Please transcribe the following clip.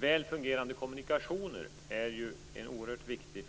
Väl fungerande kommunikationer är något oerhört viktigt.